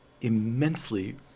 immensely